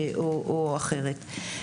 או אחרת.